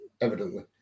evidently